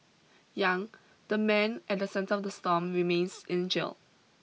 Yang the man at the centre of the storm remains in jail